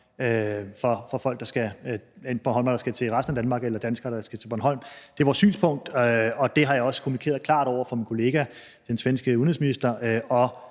bornholmere, der skal over til resten af Danmark, og for danskere, der skal til Bornholm. Det er vores synspunkt, og det har jeg også kommunikeret klart over for min kollega, den svenske udenrigsminister,